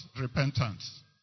repentance